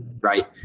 right